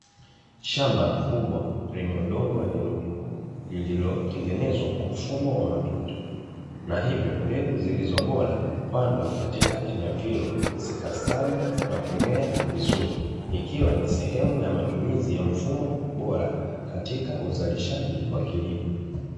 Shamba kubwa lenye udongo wenye rutuba lililotengenezwa kwa mfumo wa matuta, na hivyo mboga zilizobora kupandwa katika eneo hilo zikastawi na kumea vizuri. Ikiwa ni sehemu ya matumizi ya mfumo bora katika uzalishaji wa kilimo.